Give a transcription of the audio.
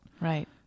Right